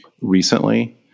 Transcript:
recently